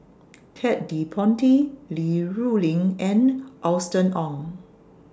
Ted De Ponti Li Rulin and Austen Ong